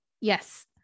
yes